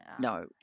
No